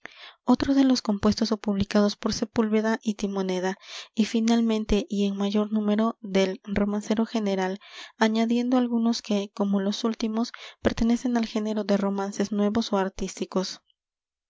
otros de los compuestos ó publicados por sepúlveda y timoneda y finalmente y en mayor número del romancero general añadiendo algunos que como los últimos pertenecen al género de romances nuevos ó artísticos